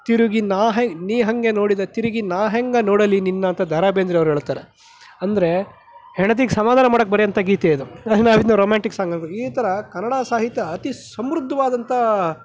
ತಿರುಗಿ ನಾ ನೀ ಹಂಗೆ ನೋಡಿದರೆ ತಿರುಗಿ ನಾ ಹ್ಯಾಂಗ ನೋಡಲಿ ನಿನ್ನ ಅಂತ ದ ರಾ ಬೇಂದ್ರೆಯವರು ಹೇಳ್ತಾರೆ ಅಂದರೆ ಹೆಂಡತಿಗೆ ಸಮಾಧಾನ ಮಾಡೋಕ್ಕೆ ಬರೆಯುವಂಥ ಗೀತೆ ಇದು ಅದನ್ನ ನಾವಿನ್ನು ರೋಮ್ಯಾಂಟಿಕ್ ಸಾಂಗ್ ಆಗಿ ಈ ಥರ ಕನ್ನಡ ಸಾಹಿತ್ಯ ಅತಿ ಸಮೃದ್ಧವಾದಂಥ